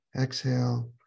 exhale